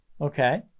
Okay